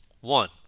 One